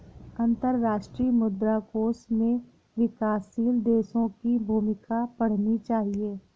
अंतर्राष्ट्रीय मुद्रा कोष में विकासशील देशों की भूमिका पढ़नी चाहिए